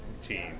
team